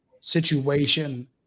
situation